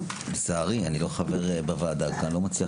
לצערי אני לא חבר בוועדה ואני לא מצליח